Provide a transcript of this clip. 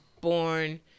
born